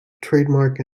trademark